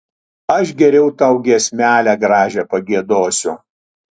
aš geriau tau giesmelę gražią pagiedosiu